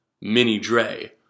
mini-Dre